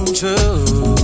true